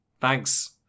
thanks